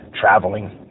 traveling